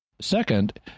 Second